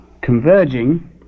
converging